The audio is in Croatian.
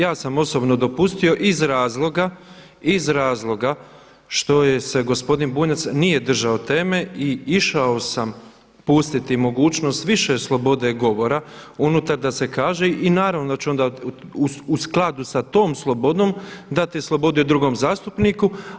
Ja sam osobno dopustio iz razloga što se gospodin Bunjac nije držao teme i išao sam pustiti i mogućnost više slobode govora unutar da se kaže i naravno da će onda u skladu sa tom slobodom dati slobodu i drugom zastupniku.